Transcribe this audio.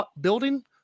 building